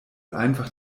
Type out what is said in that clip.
einfach